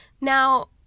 Now